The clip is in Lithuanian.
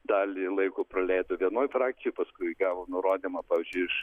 dalį laiko praleido vienoj frakcijoj paskui gavo nurodymą pavyzdžiui iš